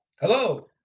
Hello